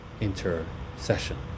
intercession